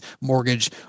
mortgage